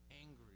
angry